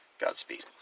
Godspeed